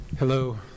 Hello